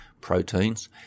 proteins